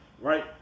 right